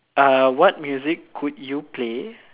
uh what music could you play